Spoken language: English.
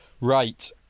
Right